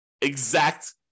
exact